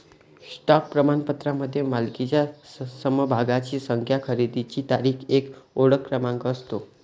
stock प्रमाणपत्रामध्ये मालकीच्या समभागांची संख्या, खरेदीची तारीख, एक ओळख क्रमांक असतो